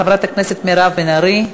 חברת הכנסת מירב בן ארי.